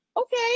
Okay